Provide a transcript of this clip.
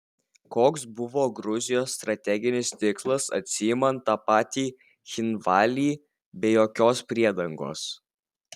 koks buvo gruzijos strateginis tikslas atsiimant tą patį cchinvalį be jokios priedangos